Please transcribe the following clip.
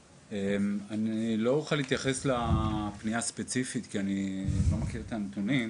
אני לא אוכל להתייחס לפנייה הספציפית כי אני לא מכיר את הנתונים.